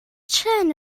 trên